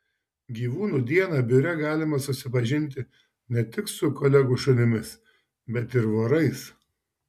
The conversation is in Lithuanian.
gyvūnų dieną biure galima susipažinti ne tik su kolegų šunimis bet ir vorais